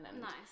Nice